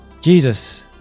Jesus